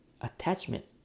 attachment